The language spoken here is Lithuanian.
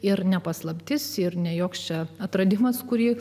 ir ne paslaptis ir ne joks čia atradimas kurį